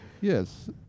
yes